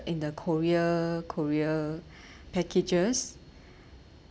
in the korea korea packages